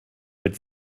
mit